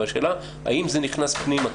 והשאלה האם זה נכנס פנימה.